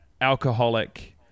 alcoholic